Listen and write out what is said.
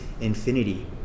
infinity